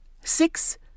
six